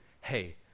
hey